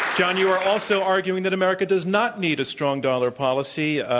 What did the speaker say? john, you are also arguing that america does not need a strong dollar policy.